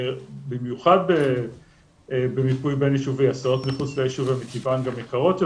הסעות מחוץ ליישוב והן מטבען גם יקרות יותר.